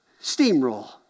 steamroll